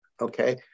Okay